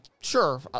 sure